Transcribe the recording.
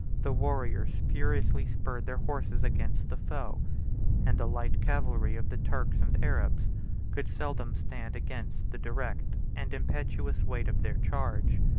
the warriors furiously spurred their horses against the foe and the light cavalry of the turks and arabs could seldom stand against the direct and impetuous weight of their charge.